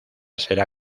será